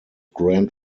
grand